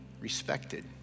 respected